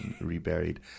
reburied